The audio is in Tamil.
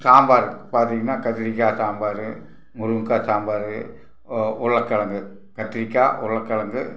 சாம்பார் பார்த்தீங்கனா கத்திரிக்காய் சாம்பார் முருங்கைக்கா சாம்பார் உ உருளைக் கெழங்கு கத்திரிக்காய் உருளைக் கெழங்கு